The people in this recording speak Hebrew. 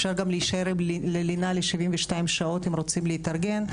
אפשר גם להישאר ללינה ל-72 שעות אם רוצים להתארגן,